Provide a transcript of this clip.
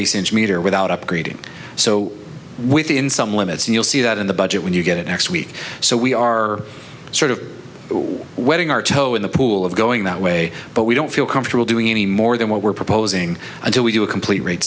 meter without upgrading so within some limits and you'll see that in the budget when you get it next week so we are sort of wetting our toe in the pool of going that way but we don't feel comfortable doing any more than what we're proposing until we do a complete rate